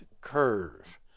curve